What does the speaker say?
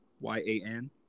Y-A-N